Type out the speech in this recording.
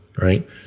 Right